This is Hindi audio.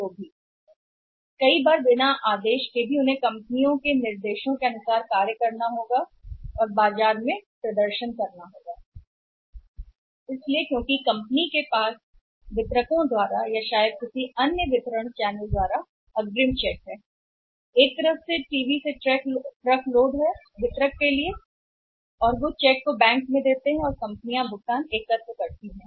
कभी कभी बिना आदेश के भी उनके पास होगा कंपनियों के निर्देशों के अनुसार काम करने के लिए और उन्हें बाजार में प्रदर्शन करना होगा इसलिए और चूंकि कंपनी के पास वितरकों या शायद किसी अन्य से उन्नत चेक हैं वितरक के लिए टीवी के एक तरफ ट्रक लोड से वितरण का चैनल और वे मौजूद हैं बैंक को चेक और डिस्ट्रीब्यूटर इसलिए कंपनियों का भुगतान एकत्र किया जाता है